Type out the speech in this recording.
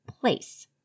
place